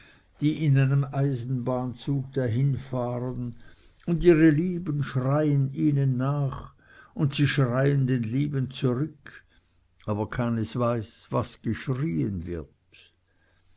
die in einem eisenbahnzug dahinfahren und ihre lieben schreien ihnen nach und sie schreien den lieben zurück aber keines weiß was geschrieen wird